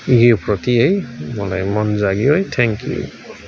योप्रति है मलाई मन जाग्यो है थ्याङ्कयु